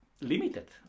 limited